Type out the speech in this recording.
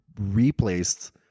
replaced